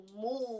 move